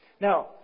Now